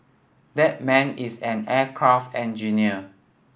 that man is an aircraft engineer